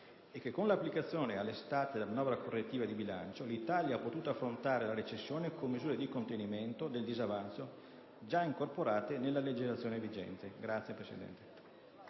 e che, con l'anticipazione all'estate della manovra correttiva di bilancio, l'Italia ha potuto affrontare la recessione con misure di contenimento del disavanzo già incorporate nella legislazione vigente. [**VOTAZIONI